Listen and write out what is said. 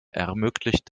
ermöglicht